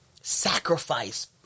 sacrifice